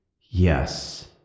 Yes